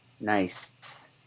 Nice